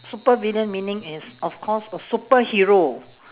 supervillain meaning it's of course a superhero